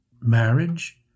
Marriage